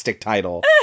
title